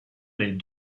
les